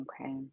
Okay